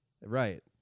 Right